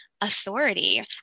authority